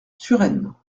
suresnes